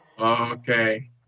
Okay